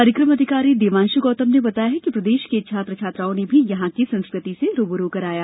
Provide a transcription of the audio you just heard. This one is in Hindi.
कार्यक्रम अधिकारी देवांशु गौतम ने बताया कि प्रदेश के छात्र छात्राओं ने भी यहां की संस्कृति से रूबरू कराया